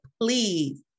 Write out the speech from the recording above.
please